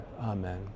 Amen